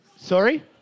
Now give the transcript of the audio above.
Sorry